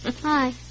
Hi